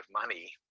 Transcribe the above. money